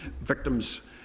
victims